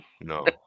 No